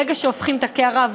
ברגע שהופכים את הקערה,